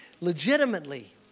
legitimately